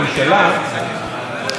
אנחנו כולנו צריכים להיות מודאגים.